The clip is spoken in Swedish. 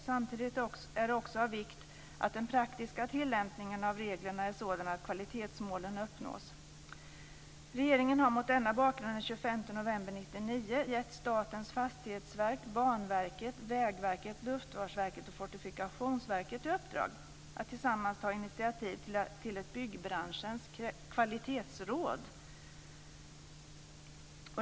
Samtidigt är det också av vikt att den praktiska tillämpningen av reglerna är sådan att kvalitetsmålen uppnås. Mot denna bakgrund har regeringen den 25 november 1999 gett Statens fastighetsverk, Banverket, Vägverket, Luftfartsverket och Fortifikationsverket i uppdrag att tillsammans ta initiativ till ett byggbranschens kvalitetsråd.